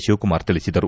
ಶಿವಕುಮಾರ್ ತಿಳಿಸಿದರು